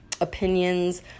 opinions